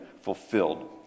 fulfilled